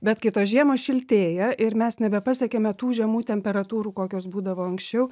bet kai tos žiemos šiltėja ir mes nebepasiekiame tų žemų temperatūrų kokios būdavo anksčiau